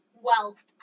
wealth